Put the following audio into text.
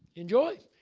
enjoy.